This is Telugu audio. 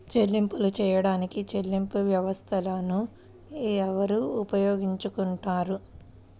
చెల్లింపులు చేయడానికి చెల్లింపు వ్యవస్థలను ఎవరు ఉపయోగించుకొంటారు?